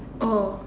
oh